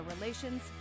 relations